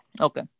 Okay